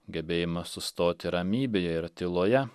gebėjimas sustoti ramybėje ir tyloje